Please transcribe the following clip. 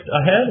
ahead